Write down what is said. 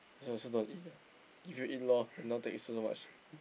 I also also don't want to eat ah give you eat lor and now take so so much